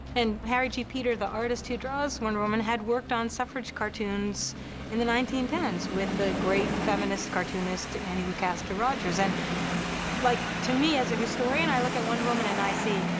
and harry g. peter, the artist who draws wonder woman, had worked on suffrage cartoons in the nineteen ten s with a great feminist cartoonist, annie lucasta rogers. and like, to me, as a historian, i look at wonder woman and i see,